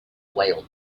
whale